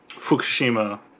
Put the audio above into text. Fukushima